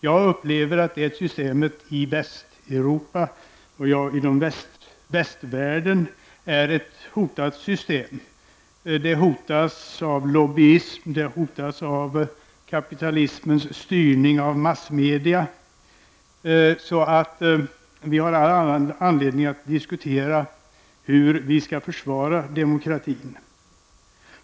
Jag upplever att det systemet i västvärlden är ett hotat system. Det hotas av loggyism och av kapitalismens styrning av massmedia. Så vi har all anledning att diskutera hur vi skall försvara demokratin.